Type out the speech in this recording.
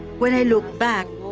when i looked back,